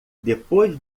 depois